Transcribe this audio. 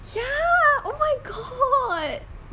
ya oh my god